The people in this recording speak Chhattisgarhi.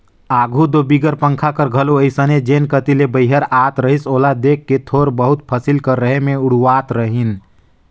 आघु दो बिगर पंखा कर घलो अइसने जेन कती ले बईहर आत रहिस ओला देख के थोर बहुत फसिल कर रहें मे उड़वात रहिन